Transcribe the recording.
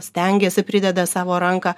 stengiasi prideda savo ranką